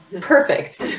Perfect